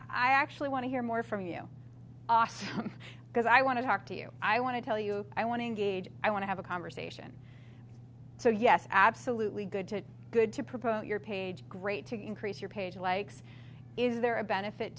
i actually want to hear more from you because i want to talk to you i want to tell you i want to engage i want to have a conversation so yes absolutely good to good to promote your page great to increase your page likes is there a benefit